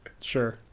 Sure